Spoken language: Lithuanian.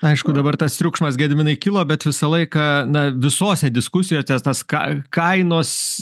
aišku dabar tas triukšmas gediminai kilo bet visą laiką na visose diskusijose tas ka kainos